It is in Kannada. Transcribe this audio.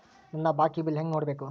ನನ್ನ ಬಾಕಿ ಬಿಲ್ ಹೆಂಗ ನೋಡ್ಬೇಕು?